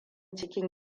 cikin